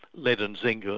lead and zinc,